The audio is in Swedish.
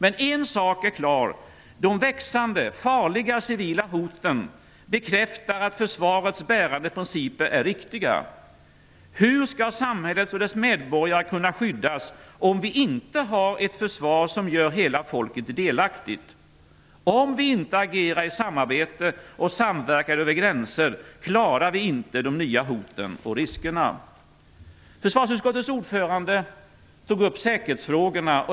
En sak är dock klar: De växande, farliga civila hoten bekräftar att försvarets bärande principer är riktiga. Hur skall samhället och dess medborgare kunna skyddas om vi inte har ett försvar som gör hela folket delaktigt? Om vi inte agerar i samarbete och samverkar över gränser klarar vi inte de nya hoten och riskerna. Försvarsutskottets ordförande tog upp säkerhetsfrågorna.